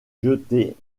jetés